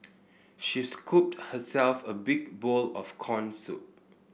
she scooped herself a big bowl of corn soup